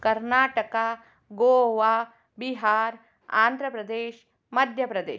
Karnataka Goa Bihar Andhra Pradesh Madhya Pradesh